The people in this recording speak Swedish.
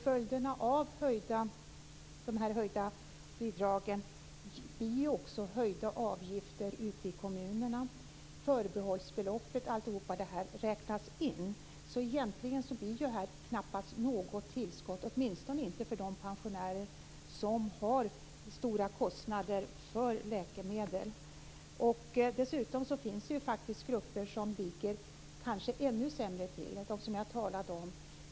Följderna av de höjda bidragen blir också höjda avgifter ute i kommunerna. Allt detta räknas in när det gäller förbehållsbeloppet. Egentligen blir det knappast något tillskott, åtminstone inte för de pensionärer som har stora kostnader för läkemedel. Dessutom finns det grupper som kanske ligger ännu sämre till och som jag talade om.